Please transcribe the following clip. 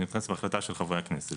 זה נכנס בהחלטה של חברי הכנסת.